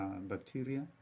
bacteria